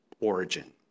origin